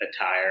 attire